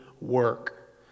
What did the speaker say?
work